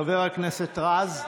חבר הכנסת רז.